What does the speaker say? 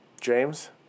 James